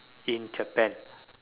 in Japan